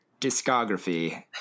discography